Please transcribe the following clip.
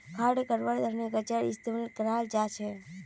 घास कटवार तने कचीयार इस्तेमाल कराल जाछेक